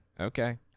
Okay